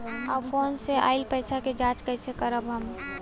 और फोन से आईल पैसा के जांच कैसे करब हम?